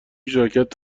ژاکت